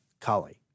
Kali